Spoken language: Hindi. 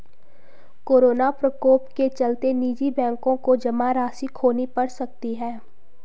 कोरोना प्रकोप के चलते निजी बैंकों को जमा राशि खोनी पढ़ सकती है